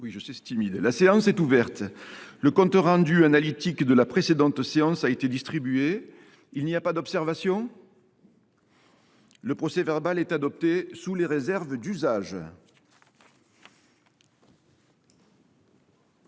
La séance est ouverte. Le compte rendu analytique de la précédente séance a été distribué. Il n’y a pas d’observation ?… Le procès verbal est adopté sous les réserves d’usage.